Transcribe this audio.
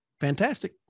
Fantastic